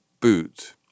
boot